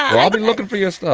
i'll be looking for your stuff